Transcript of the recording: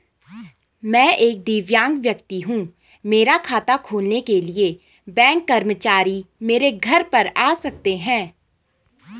मैं एक दिव्यांग व्यक्ति हूँ मेरा खाता खोलने के लिए बैंक कर्मचारी मेरे घर पर आ सकते हैं?